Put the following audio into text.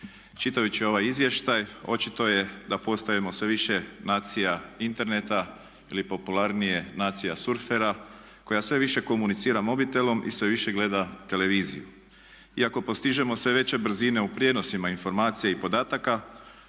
Čitajući ovaj izvještaj očito je da postajemo sve više nacija interneta ili popularnije nacija surfera koja sve više komunicira mobitelom i sve više gleda televiziju. Iako postižemo sve veće brzine u prijenosima informacija i podataka